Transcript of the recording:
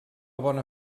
bona